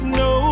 no